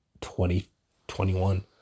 twenty-twenty-one